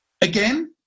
again